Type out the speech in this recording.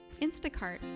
Instacart